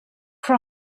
cry